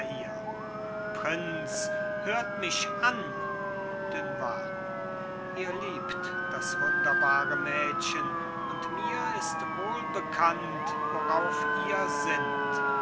hire prinz hört mich an dunois ihr liebt das wunderbare mädchen und mir ist wohl bekannt worauf ihr sinnt